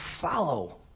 follow